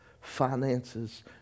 finances